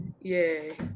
Yay